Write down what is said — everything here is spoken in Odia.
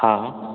ହଁ